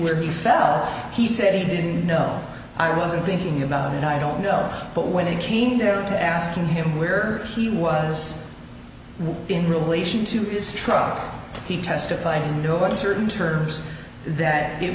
where he fell he said he didn't know i wasn't thinking about it i don't know but when he came there to asking him where he was in relation to his truck he testified in no uncertain terms that it